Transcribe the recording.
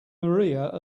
maria